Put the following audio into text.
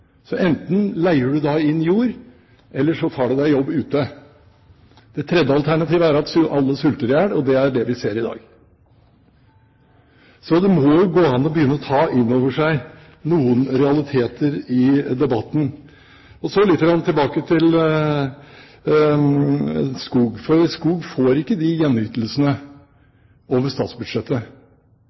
Så enten leier du da jord, eller så tar du deg jobb ute. Det tredje alternativet er at alle sulter i hjel, og det er det vi ser i dag. Så det må jo gå an å begynne å ta inn over seg noen realiteter i debatten. Og så litt tilbake til skog, for skog får ikke de samme gjenytelsene over statsbudsjettet.